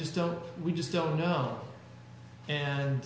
just don't we just don't know and